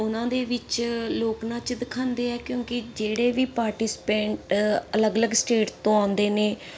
ਉਹਨਾਂ ਦੇ ਵਿੱਚ ਲੋਕ ਨਾਚ ਦਿਖਾਉਂਦੇ ਆ ਕਿਉਂਕਿ ਜਿਹੜੇ ਵੀ ਪਾਰਟੀਸਪੇਟ ਅਲੱਗ ਅਲੱਗ ਸਟੇਟ ਤੋਂ ਆਉਂਦੇ ਨੇ